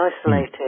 isolated